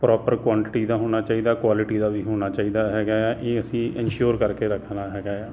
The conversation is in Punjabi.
ਪ੍ਰੋਪਰ ਕੁਆਂਟਿਟੀ ਦਾ ਹੋਣਾ ਚਾਹੀਦਾ ਕੁਆਲਿਟੀ ਦਾ ਵੀ ਹੋਣਾ ਚਾਹੀਦਾ ਹੈਗਾ ਆ ਇਹ ਅਸੀਂ ਇਨਸੋਰ ਕਰਕੇ ਰੱਖਣਾ ਹੈਗਾ ਆ